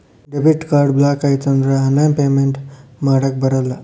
debit card block ಆಯ್ತಂದ್ರ online payment ಮಾಡಾಕಬರಲ್ಲ